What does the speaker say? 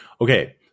Okay